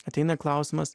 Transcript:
ateina klausimas